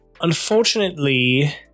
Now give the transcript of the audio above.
Unfortunately